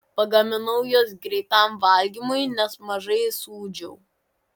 pagaminau juos greitam valgymui nes mažai sūdžiau